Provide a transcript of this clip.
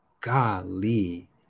golly